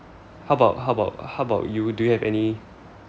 how about how about how about you do you have any